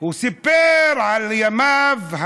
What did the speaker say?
סיפר על ימיו,